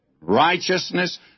righteousness